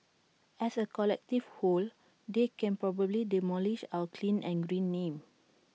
as A collective whole they can probably demolish our clean and green name